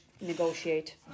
negotiate